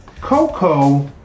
Coco